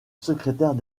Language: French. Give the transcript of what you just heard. secrétaires